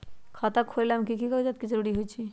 खाता खोले में कि की कागज के जरूरी होई छइ?